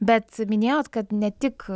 bet minėjot kad ne tik